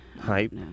Hype